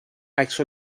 عکس